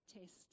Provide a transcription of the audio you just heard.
test